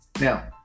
Now